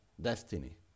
destiny